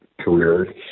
career